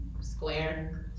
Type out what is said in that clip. Square